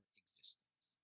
existence